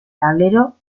tablero